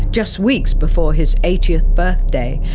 just weeks before his eightieth birthday,